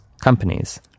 companies